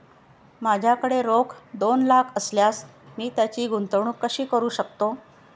माझ्याकडे रोख दोन लाख असल्यास मी त्याची गुंतवणूक कशी करू शकतो?